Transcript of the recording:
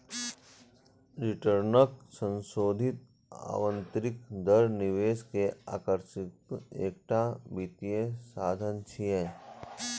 रिटर्नक संशोधित आंतरिक दर निवेश के आकर्षणक एकटा वित्तीय साधन छियै